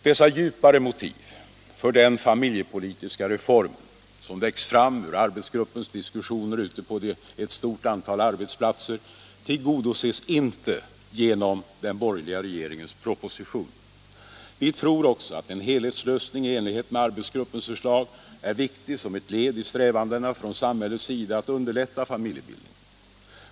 Dessa djupare motiv för den familjepolitiska reformen — som växt fram ur arbetsgruppens diskussioner ute på ett stort antal arbetsplatser — tillgodoses inte genom den borgerliga regeringens proposition. Vi tror också att en helhetslösning i enlighet med arbetsgruppens förslag är viktig som ett led i strävandena från samhällets sida att underlätta familjebildningen.